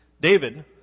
David